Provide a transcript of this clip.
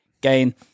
Gain